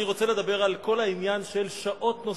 אני רוצה לדבר על כל העניין של שעות נוספות.